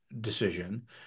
decision